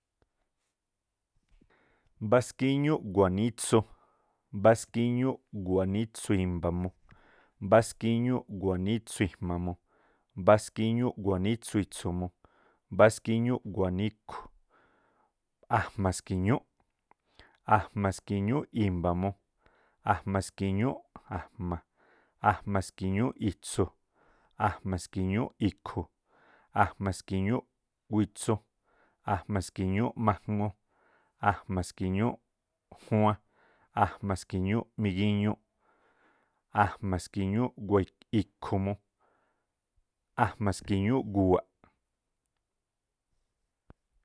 Mbáskíñúꞌ gu̱wa̱ꞌ nítsu, mbáskíñúꞌ gu̱wa̱ꞌ nítsu i̱mba̱mu, mbáskíñúꞌ gu̱wa̱ꞌ nítsu i̱jma̱mu, mbáskíñúꞌ gu̱wa̱ꞌ nítsu itsu̱mu, mbáskíñúꞌ gu̱wa̱ꞌ nítsu i̱khu̱mu, ajma̱ ski̱ñúꞌ, ajma̱ ski̱ñúꞌ i̱mbamu, ajma̱ ski̱ñúꞌ i̱jma̱mu, ajma̱ ski̱ñúꞌ i̱tsu̱, ajma̱ ski̱ñúꞌ i̱khu̱, ajma̱ ski̱ñúꞌ witsu, ajma̱ ski̱ñúꞌ maŋu, ajma̱ ski̱ñúꞌ juan, ajma̱ ski̱ñúꞌ migiñuꞌ, ajma̱ ski̱ñúꞌ mijnagu̱wa̱ꞌ, ajma̱ ski̱ñúꞌ gu̱wa̱ꞌ.